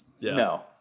No